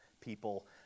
people